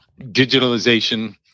digitalization